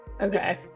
Okay